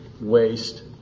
waste